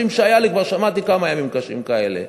שהיו לי" כבר שמעתי כמה ימים קשים כאלה.